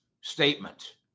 statement